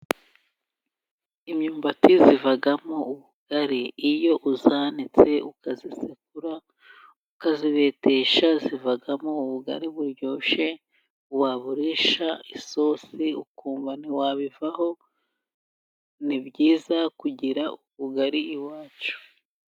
Imyumbati ivamo ubugari, iyo uyanitse ukayisekura ukayibetesha ivamo ubugari buryoshye. Waburisha isosi ukumva ntiwabivaho , ni byiza kugira ubugari iwacu.